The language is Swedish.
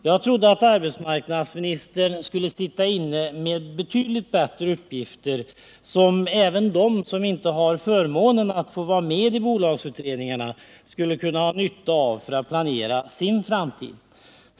Jag trodde att arbetsmarknadsministern skulle sitta inne med bättre uppgifter, som även de som inte har förmånen att vara med i bolagsutredningarna skulle kunna ha nytta av för att planera sin framtid.